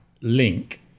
link